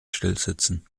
stillsitzen